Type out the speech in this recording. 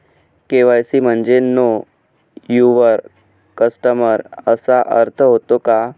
KYC म्हणजे know your customer असा अर्थ होतो का?